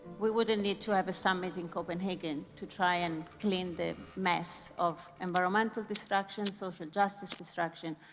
we wouldn't need to have a summit in copenhagen to try and clean the mess of environmental destruction, social justice destruction,